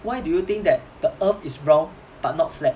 why do you think that the earth is round but not flat